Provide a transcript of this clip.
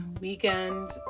weekend